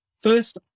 First